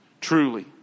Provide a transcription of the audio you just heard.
truly